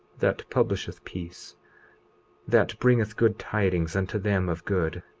that publisheth peace that bringeth good tidings unto them of good,